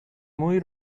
مویی